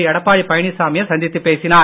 எடப்பாடி பழனிசாமியை சந்தித்து பேசினார்